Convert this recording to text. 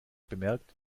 bemerkt